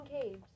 caves